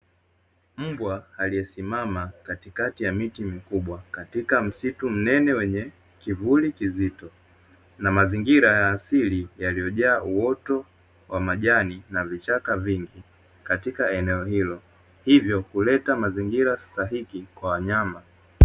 Mbwa aliyesimama katikati ya miti mikubwa katika msitu mnene wenye kivuli kizito na mazingira ya asili yaliyojaa uoto wa majani na vichaka vingi katika eneo hilo, hivyo huleta mazingira stahiki kwa wanyama.